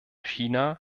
china